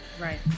Right